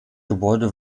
gebäude